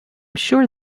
sure